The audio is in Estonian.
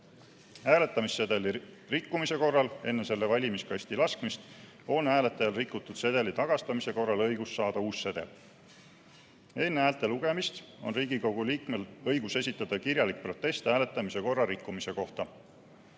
Hääletamissedeli rikkumise korral enne selle valimiskasti laskmist on hääletajal rikutud sedeli tagastamise korral õigus saada uus sedel. Enne häälte lugemist on Riigikogu liikmel õigus esitada kirjalik protest hääletamise korra rikkumise kohta.